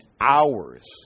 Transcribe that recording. hours